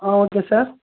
ah okay sir